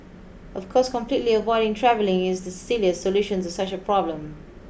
of course completely avoiding travelling is the silliest solution to such a problem